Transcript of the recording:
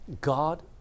God